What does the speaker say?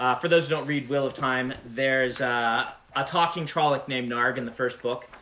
um for those who don't read wheel of time, there's a talking trolloc named narg in the first book.